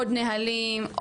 עוד נהלים,